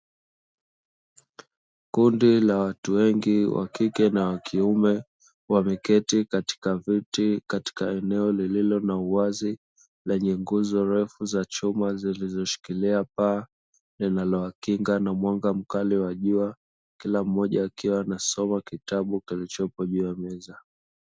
Kundi la watu wengi wa kike na wa kiume wameketi katika viti katika eneo lililo na uwazi lenye nguzo ndefu za chuma, zilizoshikilia paa linalowakinga na mwanga mkali wa jua, kila mmoja akiwa anasoma kitabu kilichopo juu ya meza.